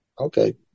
Okay